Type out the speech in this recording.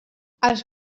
els